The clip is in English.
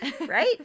Right